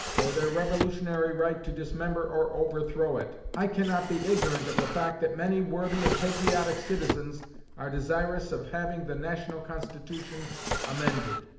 or their revolutionary right to dismember or overthrow it. i cannot be ignorant of the fact that many worthy and patriotic citizens are desirous of having the national constitution amended.